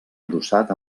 adossat